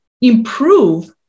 improve